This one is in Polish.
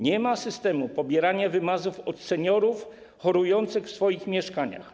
Nie ma systemu pobierania wymazów od seniorów chorujących w swoich mieszkaniach.